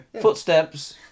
footsteps